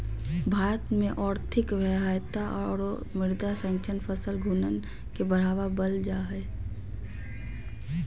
भारत में और्थिक व्यवहार्यता औरो मृदा संरक्षण फसल घूर्णन के बढ़ाबल जा हइ